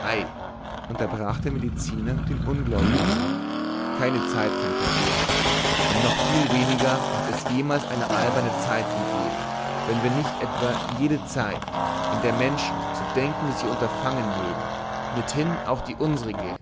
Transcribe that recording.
unterbrach der mediziner den ungläubigen keine zeit kann verjähren und noch viel weniger hat es jemals eine alberne zeit gegeben wenn wir nicht etwa jede zeit in der menschen zu denken sich unterfangen mögen mithin auch die unsrige